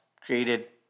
created